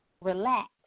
Relax